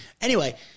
Anyway-